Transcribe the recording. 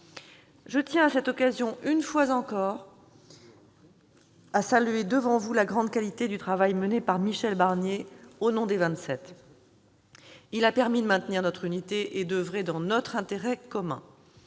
Je tiens à cette occasion, une fois encore, à saluer la grande qualité du travail mené par Michel Barnier au nom des Vingt-Sept. Il a permis de maintenir notre unité et d'oeuvrer dans notre intérêt commun.